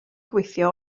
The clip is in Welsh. gweithio